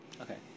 Okay